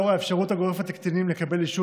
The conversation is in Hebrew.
לאור האפשרות הגורפת לקטינים לקבל אישור